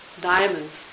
diamonds